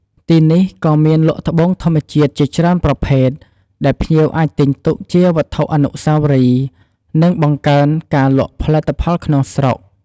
ទីនេះក៏មានលក់ត្បូងធម្មជាតិជាច្រើនប្រភេទ ដែលភ្ញៀវអាចទិញទុកជាវត្ថុអនុស្សាវរីយ៍ និងបង្កើនការលក់ផលិតផលក្នុងស្រុក។